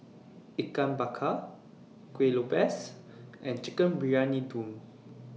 Ikan Bakar Kueh Lopes and Chicken Briyani Dum